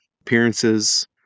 appearances